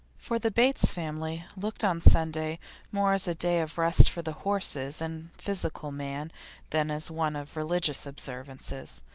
for the bates family looked on sunday more as a day of rest for the horses and physical man than as one of religious observances.